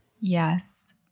yes